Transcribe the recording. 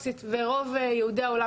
תודה רבה יוליה.